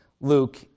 Luke